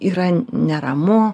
yra neramu